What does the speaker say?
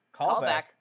Callback